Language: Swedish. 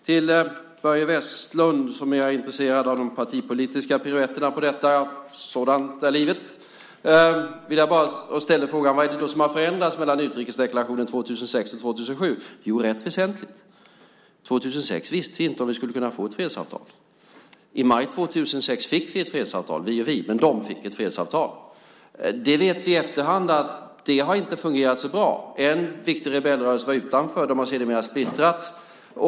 Till Börje Vestlund som är intresserad av de partipolitiska piruetterna när det gäller detta - sådant är livet - och ställde frågan vad det är som har förändrats mellan utrikesdeklarationen 2006 och 2007 är svaret att det är något rätt väsentligt. 2006 visste vi inte om vi skulle kunna få ett fredsavtal. I maj 2006 fick vi ett fredsavtal - vi och vi, de fick ett fredsavtal. Vi vet i efterhand att det inte har fungerat så bra. En viktig rebellrörelse var utanför. De har sedermera splittrats.